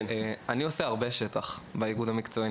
אני עושה הרבה עבודת שטח באיגוד המקצועי.